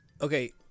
Okay